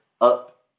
up